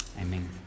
amen